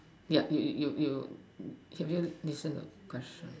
ya you you you have you listened a question